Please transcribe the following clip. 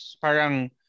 Parang